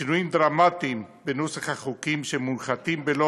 שינויים דרמטיים בנוסח החוקים שמונחתים בלי